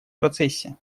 процессе